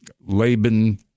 Laban